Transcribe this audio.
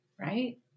right